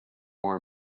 more